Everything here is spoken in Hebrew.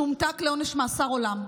שהומתק לעונש מאסר עולם.